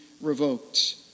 revoked